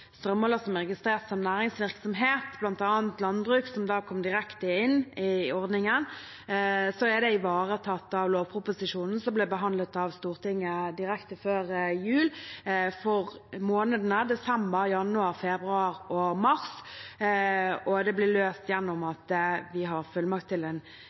strømmåler som er registrert som næringsvirksomhet – bl.a. landbruk, som kom direkte inn i ordningen – er det ivaretatt i lovproposisjonen som ble behandlet av Stortinget direkte før jul, for månedene desember, januar, februar og mars. Det ble løst ved at vi har fullmakt til